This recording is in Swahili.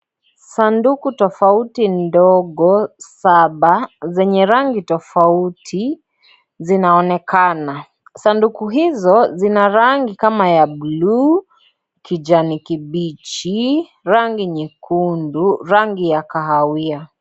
Sanduku tofauti ndogo saba zenye rangi tofauti zinaonekana, sanduku hizo zina rangi kama ya buluu , kijani kibichi, rangi nyekundu, rangi ya kahawia.